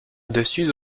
dessus